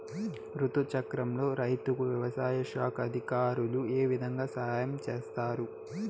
రుతు చక్రంలో రైతుకు వ్యవసాయ శాఖ అధికారులు ఏ విధంగా సహాయం చేస్తారు?